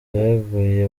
beguye